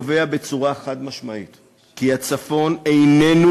ואני קובע בצורה חד-משמעית כי הצפון איננו